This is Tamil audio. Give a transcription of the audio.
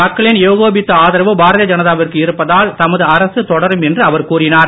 மக்களின் ஏகோபித்த ஆதரவு பாரதிய ஜனதாவிற்கு இருப்பதால் தமது அரசு தொடரும் என்று அவர் கூறினார்